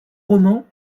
romans